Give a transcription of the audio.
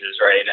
right